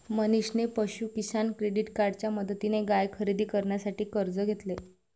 मनीषने पशु किसान क्रेडिट कार्डच्या मदतीने गाय खरेदी करण्यासाठी कर्ज घेतले